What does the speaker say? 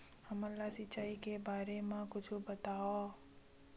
हमन ला सिंचाई के बारे मा कुछु बतावव?